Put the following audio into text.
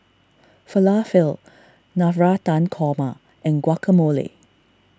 Falafel Navratan Toma and Guacamole